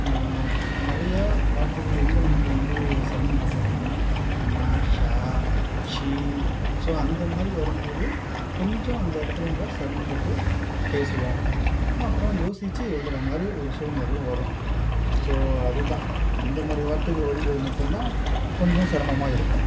நிறைய வார்த்தைகள் எங்கே நமக்கு வந்து சிரமம் ஆகும் அப்படின்னா ஞா ஷா ஷி ஸோ அந்தமாதிரி வரும் போது கொஞ்சம் அந்த இடத்துல நம்ம சிரமப்பட்டு பேசுவோம் அப்புறம் யோசிச்சு எழுதுகிற மாதிரி ஒரு சூழ்நிலைகள் வரும் ஸோ அது தான் அந்த மாதிரி வார்த்தைகள் வரும்போது மட்டும் தான் கொஞ்சம் சிரமமா இருக்கும்